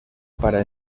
para